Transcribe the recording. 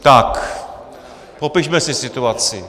Tak popišme si situaci.